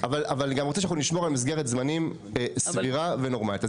אבל אני גם רוצה שאנחנו נשמור על מסגרת זמנים סבירה ונורמלית.